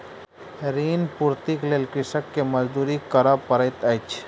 ऋण पूर्तीक लेल कृषक के मजदूरी करअ पड़ैत अछि